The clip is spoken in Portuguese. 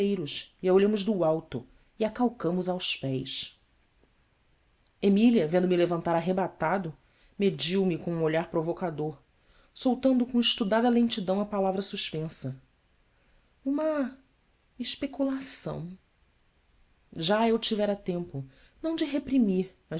sobranceiros e a olhamos do alto e a calcamos aos pés emília vendo-me levantar arrebatado mediu me com um olhar provocador soltando com estudada lentidão a palavra suspensa ma especulação já eu tivera tempo não de reprimir